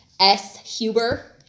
shuber